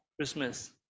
Christmas